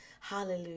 hallelujah